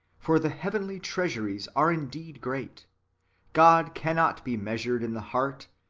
for the heavenly trea suries are indeed great god cannot be measured in the heart,